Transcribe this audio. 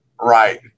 right